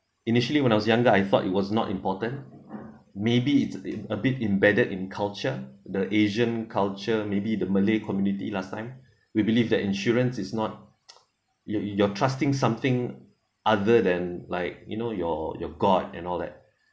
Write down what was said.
initially when I was younger I thought it was not important maybe it's a bit embedded in culture the asian culture maybe the malay community last time we believe that insurance is not you you're trusting something other than like you know your your god and all that